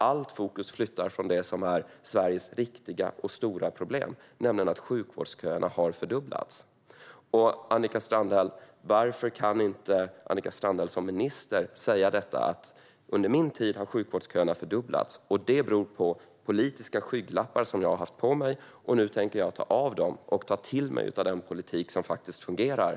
Allt fokus flyttar ju från det som är Sveriges riktiga och stora problem, nämligen att sjukvårdsköerna har fördubblats. Jag undrar varför Annika Strandhäll inte kan säga detta: Under min tid som minister har sjukvårdsköerna fördubblats, och det beror på politiska skygglappar som jag har haft på mig. Nu tänker jag ta av dem och ta till mig av den politik som faktiskt fungerar.